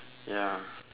ya